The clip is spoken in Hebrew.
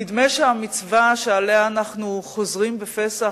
נדמה שהמצווה שעליה אנחנו חוזרים בפסח,